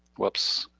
whoops,